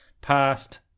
past